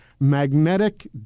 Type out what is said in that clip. magnetic